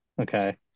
Okay